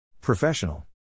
Professional